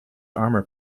armor